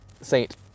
saint